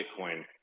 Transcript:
Bitcoin